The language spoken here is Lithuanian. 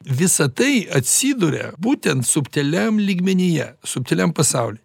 visa tai atsiduria būtent subtiliam lygmenyje subtiliam pasauly